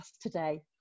today